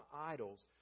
idols